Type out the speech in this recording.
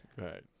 Right